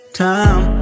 time